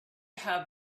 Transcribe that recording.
have